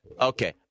Okay